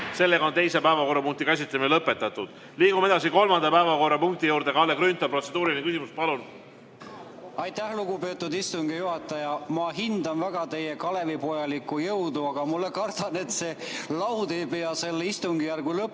Sellega on teise päevakorrapunkti käsitlemine lõpetatud. Liigume edasi kolmanda päevakorrapunkti juurde. Kalle Grünthal, protseduuriline küsimus, palun! Aitäh, lugupeetud istungi juhataja! Ma hindan väga teie kalevipojalikku jõudu, aga ma kardan, et laud ei pea selle istungjärgu lõpuni